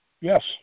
yes